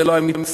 זה לא היה מצטרף,